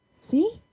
see